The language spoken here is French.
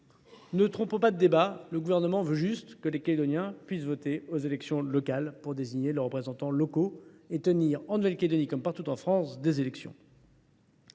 trompons pas de débat : le Gouvernement veut juste que les Calédoniens puissent voter aux élections locales pour désigner les représentants locaux et participer, en Nouvelle Calédonie comme partout en France, aux élections.